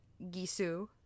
Gisu